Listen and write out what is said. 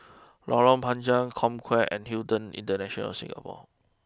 Lorong Panchar Comcare and Hilton International Singapore